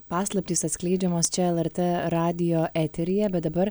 paslaptys atskleidžiamos čia lrt radijo eteryje bet dabar